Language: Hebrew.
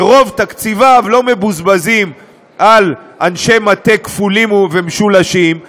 שרוב תקציביו לא מבוזבזים על אנשי מטה כפולים ומשולשים,